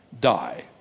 die